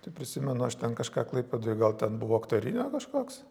tai prisimenu aš ten kažką klaipėdoj gal ten buvo aktorinio kažkoks